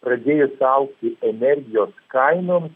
pradėjo augti energijos kainom